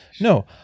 No